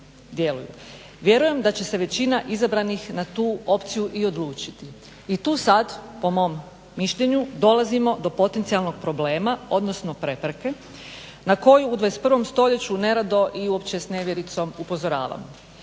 Vjerujem da će se većina izabranih na tu opciju i odlučiti. I tu sad po mom mišljenju dolazimo do potencijalnog problema, odnosno prepreke na koju u 21. stoljeću nerado i uopće s nevjericom upozorava.